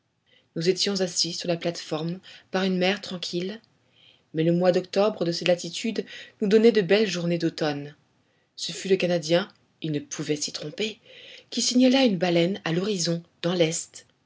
nous étions assis sur la plate-forme par une mer tranquille mais le mois d'octobre de ces latitudes nous donnait de belles journées d'automne ce fut le canadien il ne pouvait s'y tromper qui signala une baleine à l'horizon dans l'est